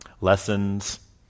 Lessons